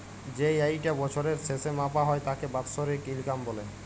যেই আয়িটা বছরের শেসে মাপা হ্যয় তাকে বাৎসরিক ইলকাম ব্যলে